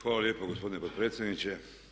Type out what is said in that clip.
Hvala lijepo gospodine potpredsjedniče.